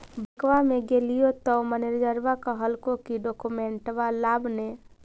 बैंकवा मे गेलिओ तौ मैनेजरवा कहलको कि डोकमेनटवा लाव ने?